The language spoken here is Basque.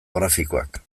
grafikoak